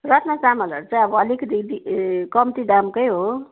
रत्ना चामलहरू चाहिँ अब अलिकति कम्ती दामकै हो